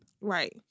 Right